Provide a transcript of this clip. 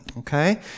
Okay